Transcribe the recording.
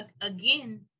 again